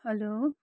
hello